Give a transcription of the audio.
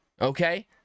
Okay